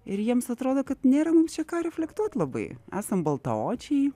ir jiems atrodo kad nėra mums čia ką reflektuot labai esam baltaodžiai